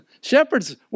shepherds